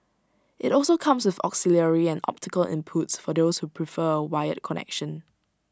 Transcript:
IT also comes with auxiliary and optical inputs for those who prefer A wired connection